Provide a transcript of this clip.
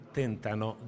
tentano